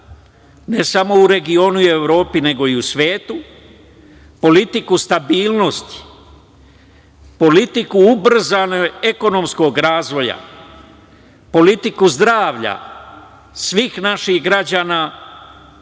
ne samo u regionu i Evropi, nego i u svetu, politiku stabilnosti, politiku ubrzanog ekonomskog razvoja, politiku zdravlja svih naših građana